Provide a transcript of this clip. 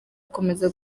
akomeza